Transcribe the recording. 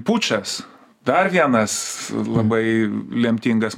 pučas dar vienas labai lemtingas